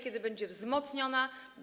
Kiedy ona będzie wzmocniona?